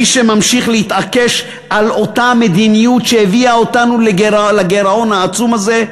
מי שממשיך להתעקש על אותה מדיניות שהביאה אותנו לגירעון העצום הזה,